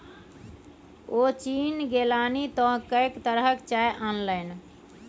ओ चीन गेलनि तँ कैंक तरहक चाय अनलनि